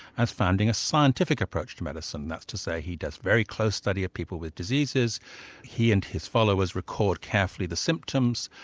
as founding a scientific approach to medicine. that's to say he does very close study of people with diseases he and his followers record carefully the symptoms,